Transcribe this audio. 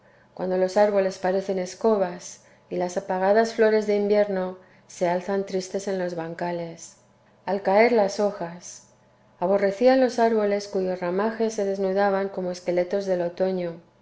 cuando los árboles parecen escobas y las apagadas flores de invierno se alzan tristes en los bancales al caer las hojas aborrecía los árboles cuyos ramajes se desnudaban como esqueletos del otoño